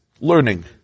Learning